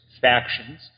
factions